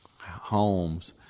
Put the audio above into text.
homes